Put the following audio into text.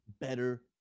better